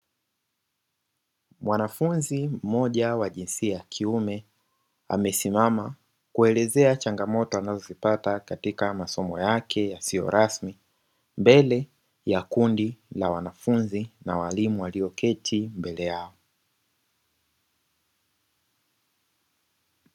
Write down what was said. Mwanafunzi mmoja wa jinsia ya kiume amesimama kuelezea changamoto anazozipata katika masomo yake yasiyo rasmi, mbele ya kundi la wanafunzi na walimu walioketi mbele yao.